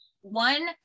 one